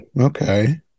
okay